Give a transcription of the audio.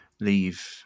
leave